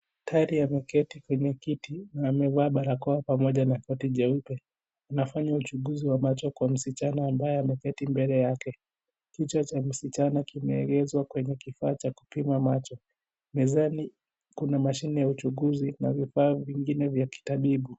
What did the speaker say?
Daktari ameketi kwenye kiti na amevaa barakoa pamoja na koti jeupe anafanya uchuguzi wa macho kwa msichana ambaye ameketi mbele yake, kichwa cha msichana kimeegezwa kwenye kifaa cha kupima macho, mezani kuna mashine ya uchunguzi na vifaa vingine vya kitabibu.